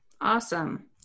Awesome